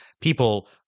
people